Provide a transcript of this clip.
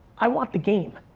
i want the game.